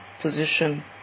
position